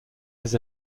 les